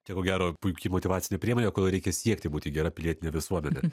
tai ko gero puiki motyvacinė priemonė kodėl reikia siekti būti gera pilietine visuomene